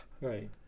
Right